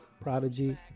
Prodigy